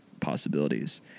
possibilities